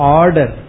order